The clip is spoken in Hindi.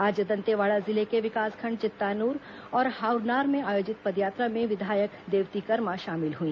आज दंतेवाडा जिले के विकासखंड चित्तानुर और हाउरनार में आयोजित पदयात्रा में विधायक देवती कर्मा शामिल हुई